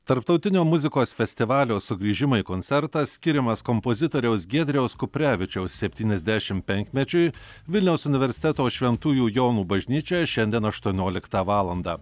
tarptautinio muzikos festivalio sugrįžimai koncertas skiriamas kompozitoriaus giedriaus kuprevičiaus septyniasdešim penkmečiui vilniaus universiteto šventųjų jonų bažnyčioje šiandien aštuonioliktą valandą